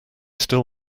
still